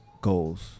Goals